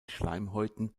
schleimhäuten